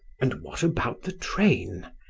and what about the train?